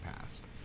past